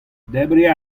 debriñ